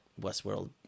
Westworld